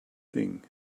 thing